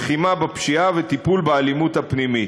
לחימה בפשיעה וטיפול באלימות הפנימית.